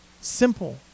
Simple